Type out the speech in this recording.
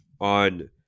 on